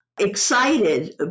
excited